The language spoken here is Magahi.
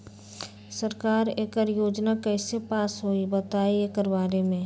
सरकार एकड़ योजना कईसे पास होई बताई एकर बारे मे?